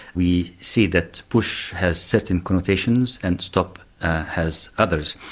we see that push has certain connotations and stop has others.